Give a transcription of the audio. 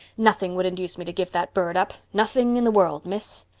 nothing would induce me to give that bird up. nothing in the world, miss.